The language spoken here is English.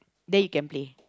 then you can play